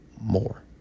more